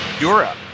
Europe